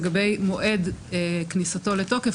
לגבי מועד כניסתו לתוקף,